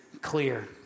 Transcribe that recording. clear